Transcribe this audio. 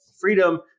freedom